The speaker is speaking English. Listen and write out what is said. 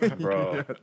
Bro